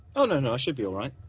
oh no no, i should be alright.